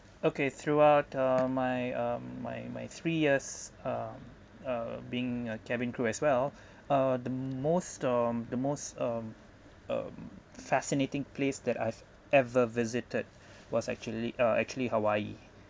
okay throughout uh my um my my three years uh uh being a cabin crew as well uh the most um the most um um fascinating place that I've ever visited was actually uh actually hawaii